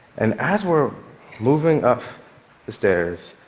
and as we're moving up the stairs,